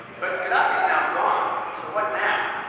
but gaddafi's now gone, so what now?